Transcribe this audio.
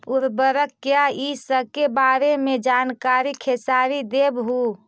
उर्वरक क्या इ सके बारे मे जानकारी खेसारी देबहू?